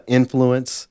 influence